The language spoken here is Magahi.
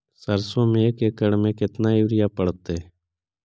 सरसों में एक एकड़ मे केतना युरिया पड़तै?